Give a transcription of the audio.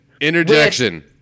Interjection